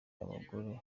abagore